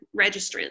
registrants